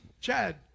Chad